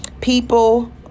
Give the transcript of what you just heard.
people